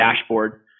dashboard